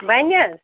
بَنہِ حظ